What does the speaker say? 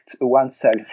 oneself